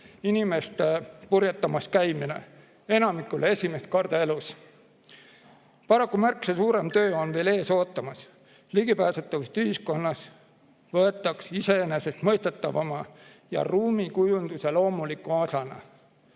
inimeste purjetamas käimine, enamikule esimest korda elus. Paraku märksa suurem töö on veel ees ootamas, et ligipääsetavust ühiskonnas võetaks iseenesestmõistetavana ja ruumikujunduse loomuliku osana.